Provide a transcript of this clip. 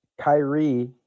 Kyrie